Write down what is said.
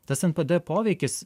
tas npd poveikis